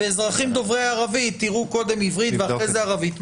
ואזרחים דוברי ערבית יראו קודם עברית ואחרי זה ערבית,